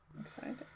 excited